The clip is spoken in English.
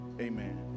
Amen